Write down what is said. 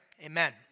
Amen